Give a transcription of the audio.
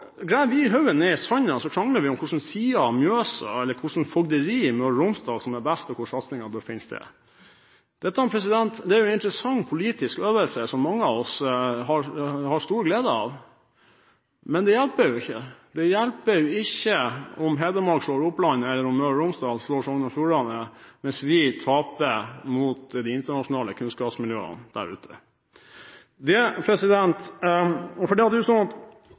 graver hodet ned i sanden og krangler om hvilken side av Mjøsa eller hvilket fogderi i Møre og Romsdal som er best, og hvor satsingen bør finne sted. Dette er en interessant politisk øvelse som mange av oss har stor glede av, men det hjelper jo ikke. Det hjelper ikke om Hedmark slår Oppland eller om Møre og Romsdal slår Sogn og Fjordane, mens vi taper mot de internasjonale kunnskapsmiljøene der ute. Vi – Fremskrittspartiet hevder i alle fall det – har forholdsvis mange penger i dette landet. Men det